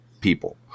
people